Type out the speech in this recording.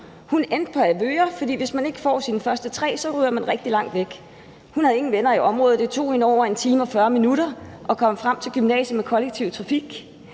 Hun endte på gymnasiet i Avedøre, for hvis man ikke får sine første tre prioriteter, ryger man rigtig langt væk. Hun havde ingen venner i området, og det tog hende over 1 time og 40 minutter at komme frem til gymnasiet med kollektiv trafik.